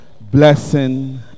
blessing